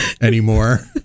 anymore